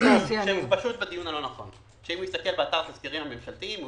אם יסתכל באתר התזכירים הממשלתיים,